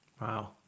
Wow